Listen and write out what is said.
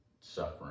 suffering